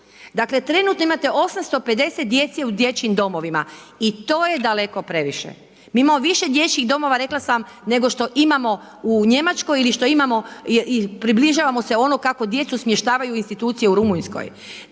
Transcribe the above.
Dakle, trenutno imate 850 djece u dječjim domovima i to je daleko previše. Mi imamo više dječjih domova, rekla sam, nego što imamo u Njemačkoj ili što imamo, približavamo se ono kako djecu smještavaju u institucije u Rumunjskoj.